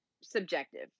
subjective